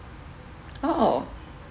orh